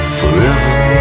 Forever